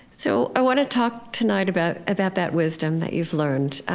so i want to talk tonight about about that wisdom that you've learned,